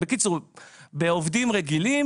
בעובדים רגילים,